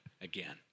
Again